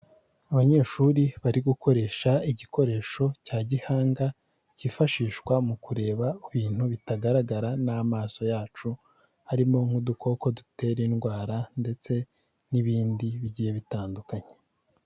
Abanyeshuri bari gukoresha igikoresho cya gihanga cyifashishwa mu kureba ibintu bitagaragara n'amaso yacu, harimo nk'udukoko dutera indwara, ndetse n'ibindi bigiye bitandukanye.